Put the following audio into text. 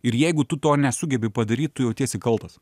ir jeigu tu to nesugebi padaryt tu jautiesi kaltas